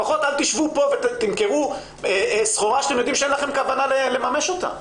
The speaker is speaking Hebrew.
לפחות אל תשבו פה ותמכרו סחורה שאתם יודעים שאין לכם כוונה לממש אותה.